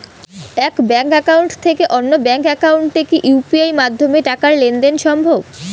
এক bank account থেকে অন্য ব্যাংক একাউন্টে কি ইউ.পি.আই মাধ্যমে টাকার লেনদেন দেন সম্ভব?